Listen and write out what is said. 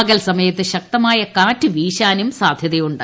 പകൽസമയത്ത് ശക്തമായ കാറ്റ് വീശാനും സാധ്യതയുണ്ട്